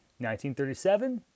1937